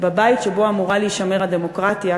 בבית שבו אמורה להישמר הדמוקרטיה,